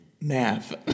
Nav